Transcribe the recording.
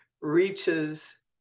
reaches